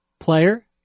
player